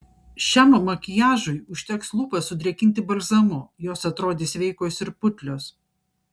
šiam makiažui užteks lūpas sudrėkinti balzamu jos atrodys sveikos ir putlios